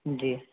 जी